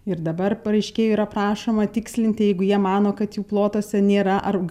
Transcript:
ir dabar pareiškėjų yra prašoma tikslinti jeigu jie mano kad jų plotuose nėra ar